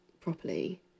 properly